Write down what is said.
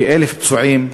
כ-1,000 פצועים,